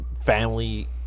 family